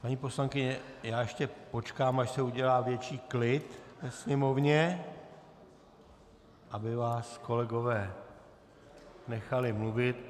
Paní poslankyně, já ještě počkám, až se udělá větší klid ve sněmovně, aby vás kolegové nechali mluvit.